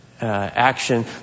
action